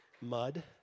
mud